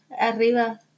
Arriba